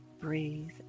Breathe